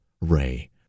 ray